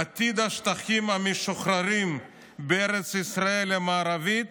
עתיד השטחים המשוחררים בארץ ישראל המערבית